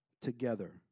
together